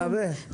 אני מקווה.